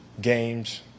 games